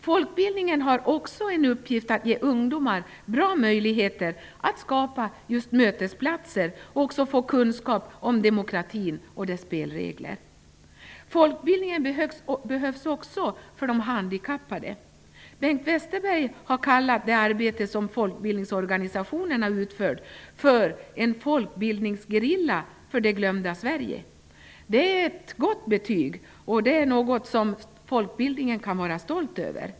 Folkbildningen har också en uppgift i att ge ungdomar bra möjligheter att skapa mötesplatser och i att ge dem kunskap om demokratin och dess spelregler. Folkbildningen behövs också för de handikappade. Bengt Westerberg har kallat det arbete som folkbildningsorganisationerna utför ''en folkbildningsgerilla för det glömda Sverige''. Det är ett gott betyg, som folkbildningen kan vara stolt över.